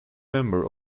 member